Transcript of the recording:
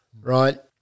right